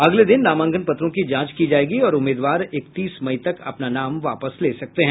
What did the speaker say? अगले दिन नामांकन पत्रों की जांच की जायेगी और उम्मीदवार इकतीस मई तक अपना नाम वापस ले सकते हैं